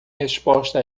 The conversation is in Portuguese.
resposta